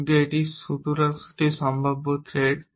কিন্তু এটি শুধুমাত্র একটি সম্ভাব্য থ্রেড